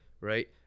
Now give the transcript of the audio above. right